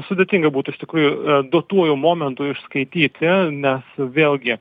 sudėtinga būtų iš tikrųjų duotuoju momentu išskaityti nes vėlgi